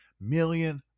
million